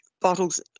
bottles